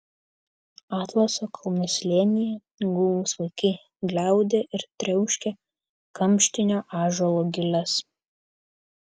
atlaso kalnų slėnyje guvūs vaikai gliaudė ir triauškė kamštinio ąžuolo giles